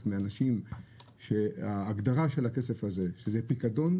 מאנשים שההגדרה של הכסף הזה היא פיקדון.